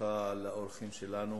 שלך לאורחים שלנו